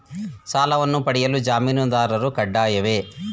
ಸಾಲವನ್ನು ಪಡೆಯಲು ಜಾಮೀನುದಾರರು ಕಡ್ಡಾಯವೇ?